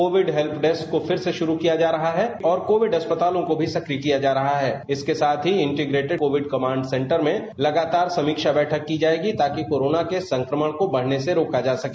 Covid help desk को फिर से शुरू किया जा रहा है और कोविड अस्पतालों को भी सक्रिय किया जा रहा है इसके साथ ही इंटीग्रेटेड कोविड कमांड सेंटर में लगातार समीक्षा बैठक की जाएगी ताकि कोरोना के संक्रमण को बढ़ने से रोका जा सके